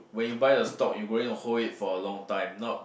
when you buy the stock you going to hold it for a long time not